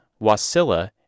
Wasilla